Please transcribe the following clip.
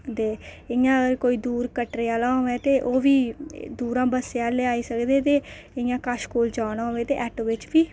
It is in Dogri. ते इयां अगर कोई दूर कटरा आहले दा होऐ ते ओह् बी दूरा बस्सा कन्नै आई सकदे ते इटया कश कोल जाना होऐ ते आटो बिच्च बी